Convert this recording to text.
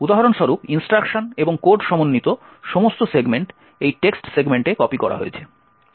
উদাহরণ স্বরূপ ইনস্ট্রাকশন এবং কোড সমন্বিত সমস্ত সেগমেন্ট এই টেক্সট সেগমেন্টে কপি করা হয়েছে